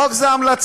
החוק זה המלצה,